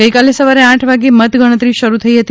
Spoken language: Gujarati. ગઇકાલે સવારે આઠ વાગે મતગણતરી શરૂ થઇ હતી